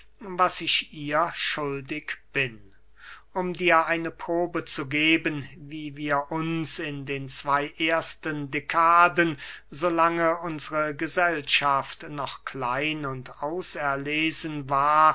was ich ihr schuldig bin um dir eine probe zu geben wie wir uns in den zwey ersten dekaden so lange unsre gesellschaft noch klein und auserlesen war